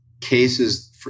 cases